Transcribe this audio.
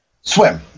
swim